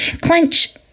Clench